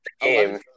Game